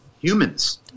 humans